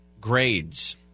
grades